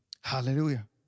Hallelujah